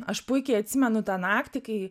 aš puikiai atsimenu tą naktį kai